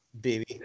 baby